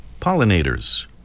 Pollinators